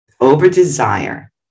Over-desire